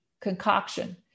concoction